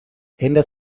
ändert